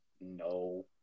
No